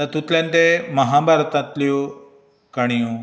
तातूंतल्यान ते महाभारतांतल्यो काणयो